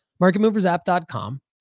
MarketMoversApp.com